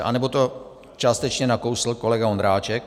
Anebo to částečně nakousl kolega Ondráček.